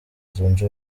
zunze